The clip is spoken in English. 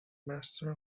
master